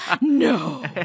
No